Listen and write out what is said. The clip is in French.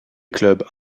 clubs